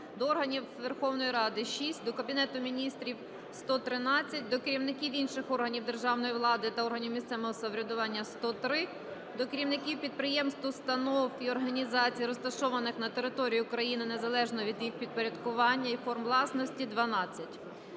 до органів Верховної Ради – 6; до Кабінету Міністрів – 113; до керівників інших органів державної влади та органів місцевого самоврядування – 103; до керівників підприємств, установ і організацій, розташованих на території України незалежно від їх підпорядкування і форм власності – 12.